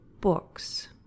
books